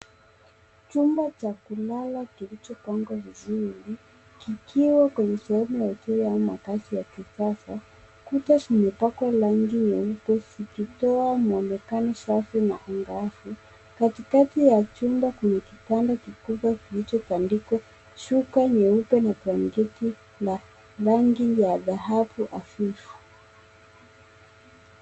Chumba cha kulala kilichopangwa vizuri kikiwa kwenye sehemu ya juu ya makazi ya kisasa. Kuta zimepakwa rangi nyeupe zikitoa muonekano safi na angavu. Katikati ya chumba kuna kitanda kikubwa kilichotandikwa shuka nyeupe na blanketi la rangi ya dhahabu hafifu.